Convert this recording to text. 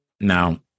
Now